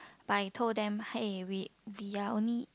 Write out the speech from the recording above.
but I told them hey we we are only